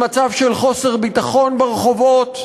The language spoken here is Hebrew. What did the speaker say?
עם מצב של חוסר ביטחון ברחובות,